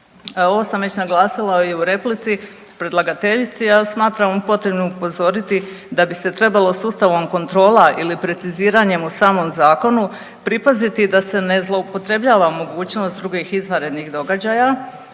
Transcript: Ovo sam već naglasila i u replici predlagateljici, ali smatram potrebnim upozoriti da bi se trebalo sustavom kontrola ili preciziranjem u samom zakonu pripaziti da se ne zloupotrebljava mogućnost drugih izvanrednih događaja.